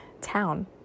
town